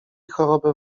chorobę